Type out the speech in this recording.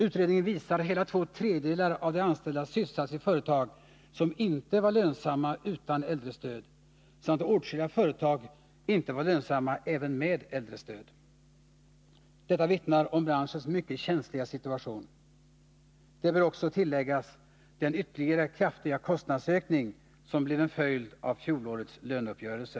Utredningen pekade på att hela två tredjedelar av de anställda sysselsattes i företag som inte var lönsamma utan äldrestöd samt att åtskilliga företag inte var lönsamma ens med äldrestöd. Detta vittnar om branschens mycket känsliga situation. Till detta bör läggas den ytterligare kraftiga kostnadsökning som blev en följd av fjolårets löneuppgörelse.